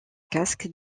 casque